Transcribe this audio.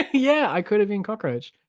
yeah! i could have been cockroach!